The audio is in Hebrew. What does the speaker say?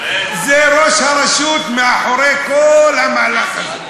זה ראש הרשות מאחורי כל המהלך הזה.